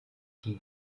igihe